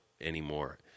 anymore